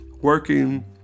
working